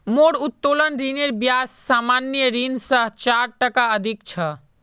मोर उत्तोलन ऋनेर ब्याज सामान्य ऋण स चार टका अधिक छ